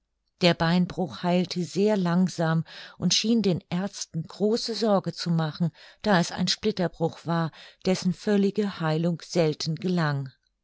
der beinbruch heilte sehr langsam und schien den aerzten große sorge zu machen da es ein splitterbruch war dessen völlige heilung selten gelang